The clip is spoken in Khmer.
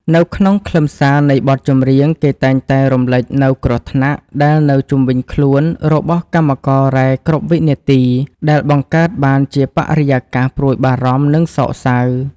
នៅក្នុងខ្លឹមសារនៃបទចម្រៀង គេតែងតែរំលេចនូវគ្រោះថ្នាក់ដែលនៅជុំវិញខ្លួនរបស់កម្មកររ៉ែគ្រប់វិនាទី ដែលបង្កើតបានជាបរិយាកាសព្រួយបារម្ភ និងសោកសៅ។